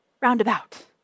roundabout